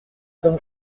comme